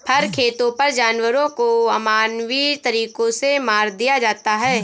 फर खेतों पर जानवरों को अमानवीय तरीकों से मार दिया जाता है